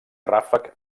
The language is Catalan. ràfec